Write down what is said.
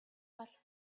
бол